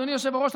אדוני היושב-ראש,